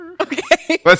Okay